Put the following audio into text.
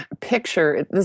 picture